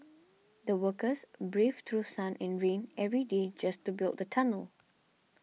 the workers braved through sun and rain every day just to build the tunnel